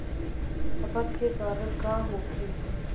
अपच के कारण का होखे?